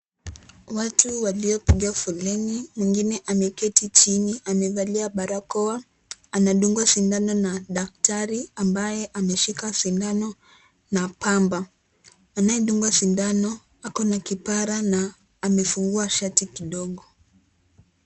Watu waliopiga foleni mwingine ameketi chini, amevalia barakoa, anadungwa sindano na daktari ambaye ameshika sindano na pamba. Anayedungwa sindano ako na kipara na amefungua shati kidogo.